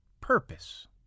purpose